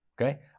Okay